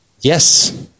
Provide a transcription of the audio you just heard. yes